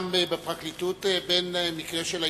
גם בפרקליטות, במקרה של ההתנתקות,